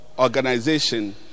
organization